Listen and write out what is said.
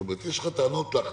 זאת אומרת, יש לך טענות להחלטות,